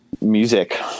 music